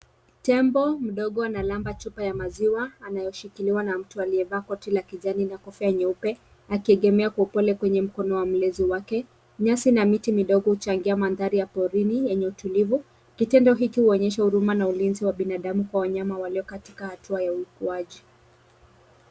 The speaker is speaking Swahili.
Tembo mdogo analamba chupa ya maziwa anayoshikiliwa na mtu aliyevaa koti la kijani na kofia nyeupe akiegemea kwa upole kwenye mkono wa mlezi wake. Nyasi na miti midogo huchangia mandhari ya porini yenye utulivu. Kitendo hiki huonyesha huruma na ulinzi wa binadamu kwa wanyama walio katika hatua ya ukuaji.